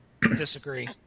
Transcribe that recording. disagree